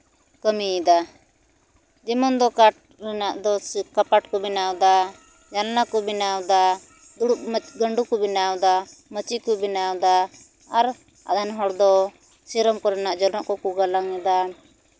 ᱠᱟᱹᱢᱤᱭᱮᱫᱟ ᱡᱮᱢᱚᱱ ᱫᱚ ᱠᱟᱴ ᱨᱮᱱᱟᱜ ᱫᱚ ᱠᱟᱯᱟᱴ ᱠᱚ ᱵᱮᱱᱟᱣᱮᱫᱟ ᱡᱟᱱᱞᱟ ᱠᱚ ᱵᱮᱱᱟᱣᱫᱟ ᱫᱩᱲᱩᱵ ᱜᱟᱹᱰᱩ ᱠᱚ ᱵᱮᱱᱟᱣᱮᱫᱟ ᱢᱟᱹᱪᱤ ᱠᱚ ᱵᱮᱱᱟᱣ ᱫᱟ ᱟᱨ ᱟᱫᱮᱱ ᱦᱚᱲ ᱫᱚ ᱥᱤᱨᱚᱢ ᱠᱚᱨᱮᱱᱟᱜ ᱡᱚᱱᱚᱜ ᱠᱚᱠᱚ ᱜᱟᱞᱟᱝᱮᱫᱟ